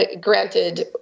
granted